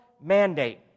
mandate